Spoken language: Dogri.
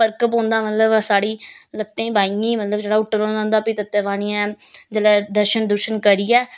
फर्क पौन्दा मतलब साढ़ी लत्तै बाइयें मतलब जेह्ड़ा हुट्टन होए दा होंदा फ्ही तत्ते पानियै जेल्ले दर्शन दुर्शन करियै